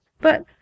But